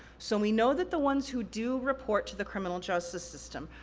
so, we know that the ones who do report to the criminal justice system,